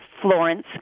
Florence